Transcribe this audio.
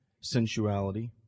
sensuality